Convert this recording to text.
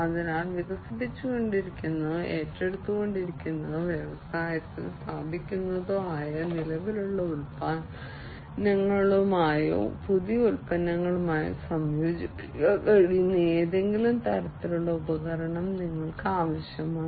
അതിനാൽ വികസിപ്പിച്ചുകൊണ്ടിരിക്കുന്നതോ ഏറ്റെടുക്കുന്നതോ വ്യവസായത്തിൽ സ്ഥാപിക്കുന്നതോ ആയ നിലവിലുള്ള ഉൽപ്പന്നങ്ങളുമായോ പുതിയ ഉൽപ്പന്നങ്ങളുമായോ സംയോജിപ്പിക്കാൻ കഴിയുന്ന ഏതെങ്കിലും തരത്തിലുള്ള ഉപകരണം നിങ്ങൾക്ക് ആവശ്യമാണ്